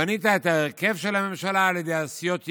בנית את ההרכב של הממשלה על ידי הסיעות ימינה,